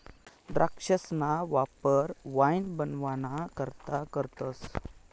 द्राक्षसना वापर वाईन बनवाना करता करतस